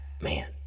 Man